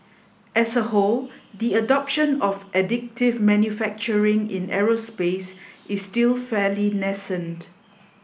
as a whole the adoption of additive manufacturing in aerospace is still fairly nascent